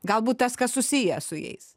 galbūt tas kas susijęs su jais